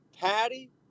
Patty